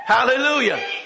Hallelujah